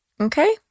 Okay